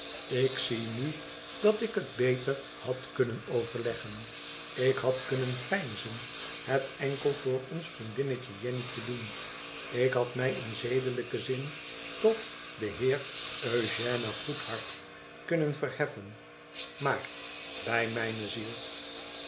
ik zie nu dat ik het beter had kunnen overleggen ik had kunnen veinzen het enkel voor ons vriendinnetje jenny te doen ik had mij in zedelijken zin tot dên heer eugène goedhart kunnen verheffen maar bij mijne ziel